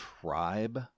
tribe